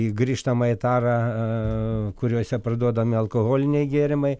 į grįžtamąją tarą kuriuose parduodami alkoholiniai gėrimai